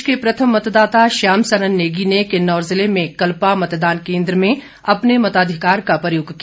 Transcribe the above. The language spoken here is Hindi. देश के प्रथम मतदाता श्याम सरन नेगी ने किन्नौर ज़िले में कल्पा मतदान केन्द्र में अपने मताधिकार का प्रयोग किया